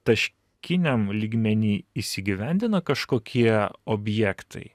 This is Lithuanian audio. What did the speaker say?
taškiniam lygmenį įsigyvendina kažkokie objektai